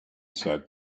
said